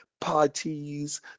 parties